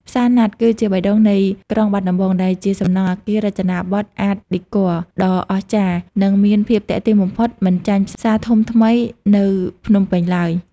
ផ្សារណាត់គឺជាបេះដូងនៃក្រុងបាត់ដំបង ដែលជាសំណង់អគាររចនាប័ទ្ម "Art Deco" ដ៏អស្ចារ្យ និងមានភាពទាក់ទាញបំផុតមិនចាញ់ផ្សារធំថ្មីនៅភ្នំពេញឡើយ។